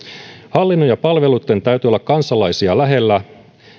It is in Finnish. hallinnon ja palveluitten täytyy olla kansalaisia lähellä